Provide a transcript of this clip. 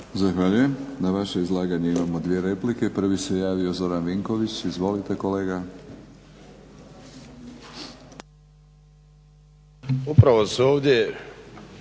Zahvaljujem. Na vaše izlaganje imamo dvije replike. Prvi se javio Zoran Vinković. Izvolite kolega. **Vinković,